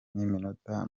n’iminota